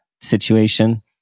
situation